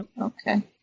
Okay